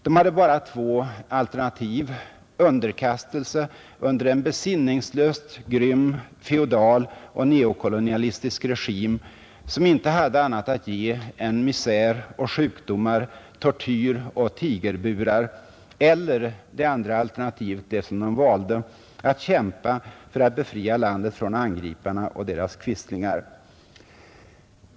De hade bara två alternativ, underkastelse under en besinningslöst grym feodal och neokolonialistisk regim, som inte hade annat att ge än misär och sjukdomar, tortyr och tigerburar, eller — det andra alternativet, det som de valde — att kämpa för att befria landet från angriparna och deras quislingar.